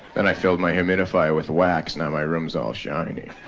then i filled my humidifier with wax. now my room's all shiny.